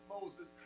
Moses